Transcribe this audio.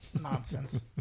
Nonsense